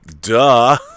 Duh